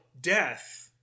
death